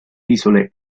isole